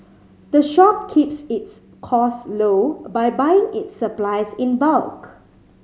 the shop keeps its cost low by buying its supplies in bulk